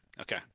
Okay